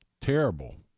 terrible